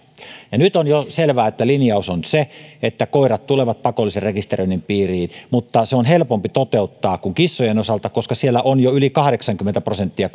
jo nyt on selvää että linjaus on se että koirat tulevat pakollisen rekisteröinnin piiriin mutta se on helpompi toteuttaa kuin kissojen osalta koska siellä rekisterissä on jo yli kahdeksankymmentä prosenttia